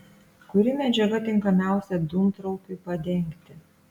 kuri medžiaga tinkamiausia dūmtraukiui padengti